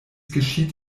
geschieht